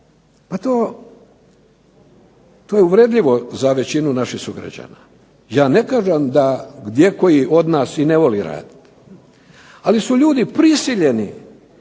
to je uvredljivo za većinu naših sugrađana. Ja ne kažem da gdje koji od nas ne voli raditi, ali su ljudi prisiljeni,